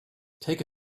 take